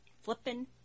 flipping